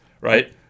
right